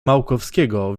małkowskiego